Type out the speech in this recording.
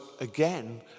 again